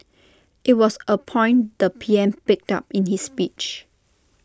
IT was A point the P M picked up in his speech